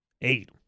Eight